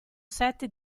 set